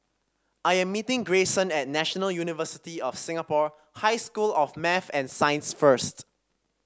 I am meeting Greyson at National University of Singapore High School of Math and Science first